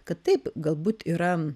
kad taip galbūt yra